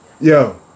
Yo